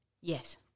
Yes